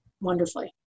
wonderfully